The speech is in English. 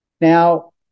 Now